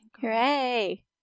Hooray